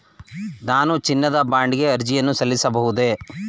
ನಾನು ಚಿನ್ನದ ಬಾಂಡ್ ಗೆ ಅರ್ಜಿ ಸಲ್ಲಿಸಬಹುದೇ?